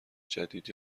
جدید